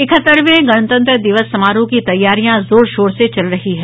इकहत्तरवें गणतंत्र दिवस समारोह की तैयारियां जोरशोर से चल रही हैं